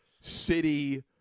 city